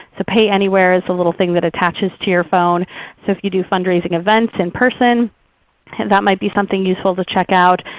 so payanywhere is a little thing that attaches just to your phone so if you do fundraising events in person that might be something useful to check out,